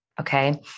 Okay